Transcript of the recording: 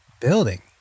building